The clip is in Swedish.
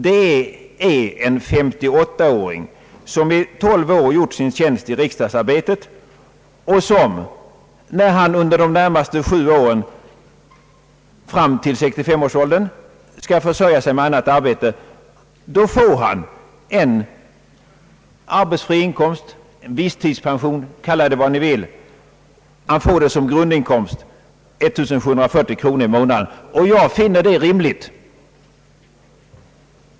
Det är en 58-åring som i 12 år arbetat i riksdagen och som, när han un der de närmaste sju åren fram till 65 års ålder skall försörja sig med annat arbete, får en arbetsfri grundinkomst eller visstidspension på 1740 kronor i månaden. Jag finner detta rimligt.